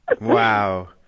Wow